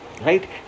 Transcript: Right